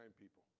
people